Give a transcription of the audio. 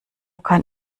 kann